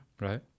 Right